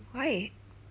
why